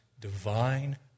divine